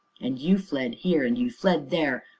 and you fled here, and you fled there,